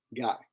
guy